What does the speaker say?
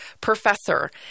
professor